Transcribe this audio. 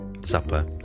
Supper